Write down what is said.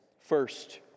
First